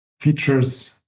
features